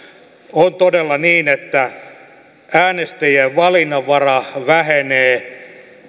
on todella niin että äänestäjien valinnanvara vähenee